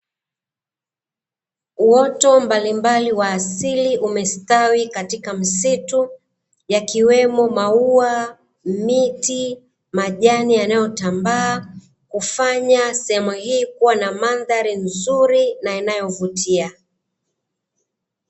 Uoto mbalimbali wa asili umestawi katika msitu, yakiwemo maua, miti, majani yanayo tambaa kufanya sehemu hii kuwa na mandhari nzuri na inayo vutia.